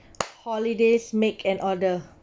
holidays make an order